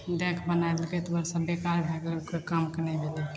दैके बना देलकै तऽ ओ आर सब बेकार भै गेलै ओकर कामके नहि भेलै